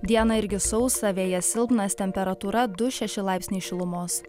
dieną irgi sausa vėjas silpnas temperatūra du šeši laipsniai šilumos